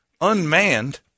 unmanned